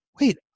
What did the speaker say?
wait